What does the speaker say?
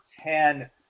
ten